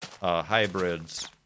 hybrids